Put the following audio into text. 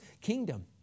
kingdom